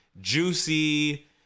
juicy